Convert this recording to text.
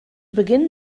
beginn